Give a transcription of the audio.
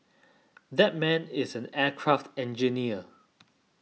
that man is an aircraft engineer